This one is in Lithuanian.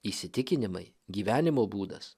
įsitikinimai gyvenimo būdas